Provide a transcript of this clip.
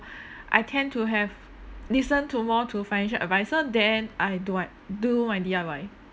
I tend to have listen to more to financial advisor than I do I do my D_I_Y